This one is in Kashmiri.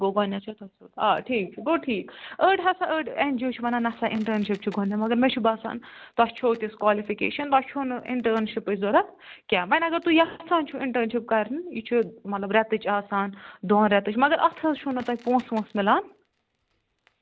گوٚو گۄڈنیٚتھ چھو تۄہہِ آ ٹھیٖک چھُ گوٚو ٹھیٖک أڑۍ ہسا أڑۍ این جی او چھ ونان نسا اِنٹرنشپ چھ گۄڈنیٚتھ مگر مےٚ چھُ باسان تۄہہِ چھو تِشہ کالفِکیشن تۄہہِ چھو نہٕ انٹرنشپچ ضوٚرتھ کینہہ ونۍ اگر تُہۍ یَژھان چھِو انٹرنشپ کَرنۍ یہ چھ مطلب ریٚتچ آسان دوٚن ریٚتچ مگر اتھ حظ چھ نہ تۄہہِ پونٛسہٕ وونٛسہٕ ملان